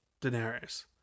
Daenerys